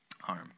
harm